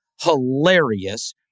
hilarious